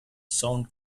sound